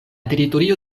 teritorio